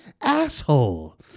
asshole